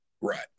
Right